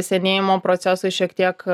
senėjimo procesui šiek tiek